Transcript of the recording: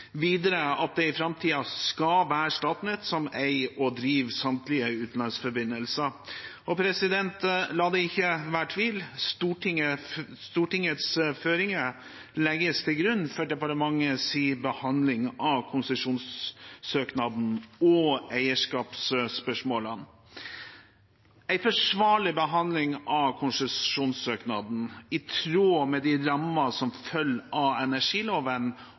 videre at det i framtiden skal være Statnett som eier og driver samtlige utenlandsforbindelser. La det ikke være tvil: Stortingets føringer legges til grunn for departementets behandling av konsesjonssøknaden og eierskapsspørsmålene. En forsvarlig behandling av konsesjonssøknaden i tråd med de rammene som følger av energiloven